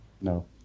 No